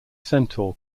centaur